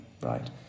right